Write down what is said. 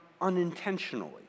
unintentionally